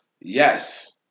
Yes